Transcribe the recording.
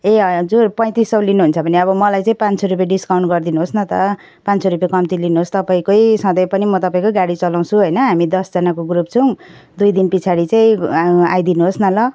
ए हजुर पैँतिस सौ लिनुहुन्छ भने अब मलाई चाहिँ पाँच सौ रुपियाँ डिस्काउन्ट गरिदिनु होस् न त पाँच सौ रुपियाँ कम्ती लिनुहोस् तपाईँकै सधैँ पनि म तपाईँकै गाडी चलाउँछु होइन हामी दसजनाको ग्रुप छौँ दुई दिन पछाडि चाहिँ आउ आइदिनु होस् न ल